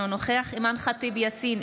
אינו נוכח אימאן ח'טיב יאסין,